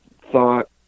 thought